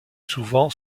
souvent